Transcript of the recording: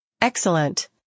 Excellent